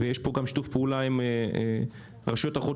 ויש פה גם שיתוף פעולה עם רשויות החוק